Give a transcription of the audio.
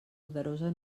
poderosa